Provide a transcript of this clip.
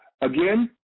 Again